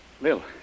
Lil